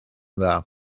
dda